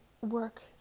Work